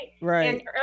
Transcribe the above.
Right